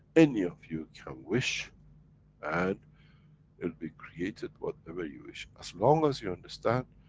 any of you can wish and it'll be created, whatever you wish. as long as you understand,